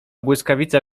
błyskawica